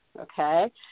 okay